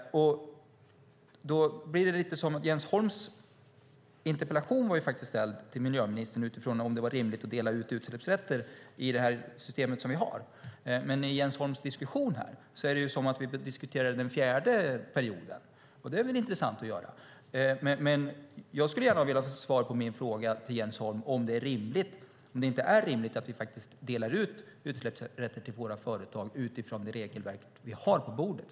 Jens Holms interpellation var ju ställd till miljöministern utifrån om det var rimligt att dela ut utsläppsrätter i det system som vi har, men i Jens Holms inlägg låter det som om vi diskuterar den fjärde perioden. Det är väl i och för sig intressant att göra, men jag skulle gärna vilja ha svar på frågan om Jens Holm inte tycker att det är rimligt att vi delar ut utsläppsrätter till våra företag utifrån det regelverk vi har på bordet.